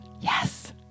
Yes